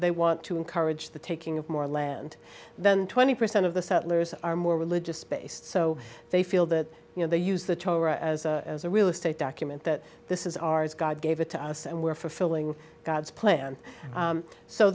they want to encourage the taking of more land than twenty percent of the settlers are more religious based so they feel that you know they use the torah as a real estate document that this is ours god gave it to us and we're fulfilling god's plan